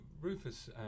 Rufus